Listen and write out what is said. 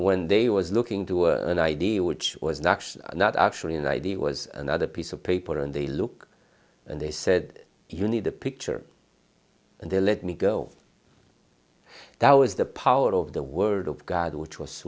when they was looking to an idea which was not not actually an idea was another piece of paper and they look and they said you need a picture and they let me go that was the power of the word of god which was